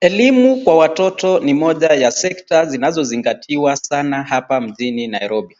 Elimu kwa Watoto ni moja ya sekta zinazozingatiwa sana hapa mjini Nairobi.